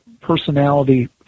personality